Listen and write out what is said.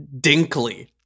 Dinkley